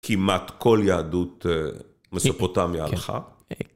כמעט כל יהדות מספוטמיה הלכה.